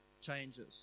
changes